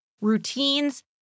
routines